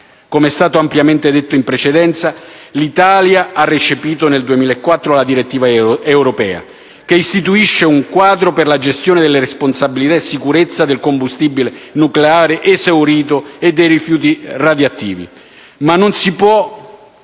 Come è stato ampiamente detto in precedenza, l'Italia ha recepito nel 2014 la direttiva europea che istituisce un quadro per la gestione responsabile e sicura del combustibile nucleare esaurito e dei rifiuti radioattivi,